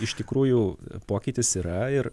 iš tikrųjų pokytis yra ir